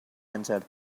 answered